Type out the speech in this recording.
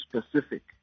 specific